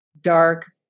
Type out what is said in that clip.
dark